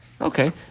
Okay